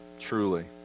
truly